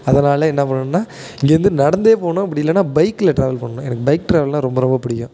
அதனால் என்ன பண்ணணும்னா இங்கேருந்து நடந்து போகணும் அப்படி இல்லைன்னா பைகில் ட்ராவல் பண்ணணும் எனக்கு பைக் ட்ராவல்னா ரொம்ப ரொம்ப பிடிக்கும்